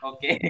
Okay